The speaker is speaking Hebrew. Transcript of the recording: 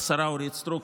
השרה אורית סטרוק,